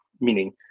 meaning